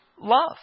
love